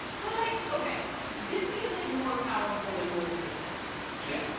but like ok, disney is like more powerful than most nations. yeah.